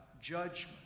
judgment